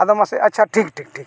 ᱟᱫᱚ ᱢᱟᱥᱮ ᱟᱪᱪᱷᱟ ᱴᱷᱤᱠ ᱴᱷᱤᱠ ᱴᱷᱤᱠ